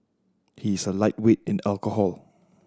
he is a lightweight in alcohol